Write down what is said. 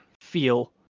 feel